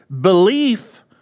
Belief